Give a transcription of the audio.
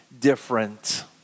different